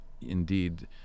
indeed